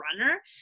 runner